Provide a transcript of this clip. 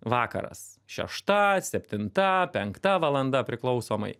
vakaras šešta septinta penkta valanda priklausomai